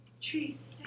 trees